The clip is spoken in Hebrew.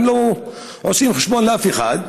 הם לא עושים חשבון לאף אחד.